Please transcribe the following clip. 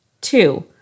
Two